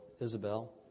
Isabel